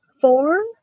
four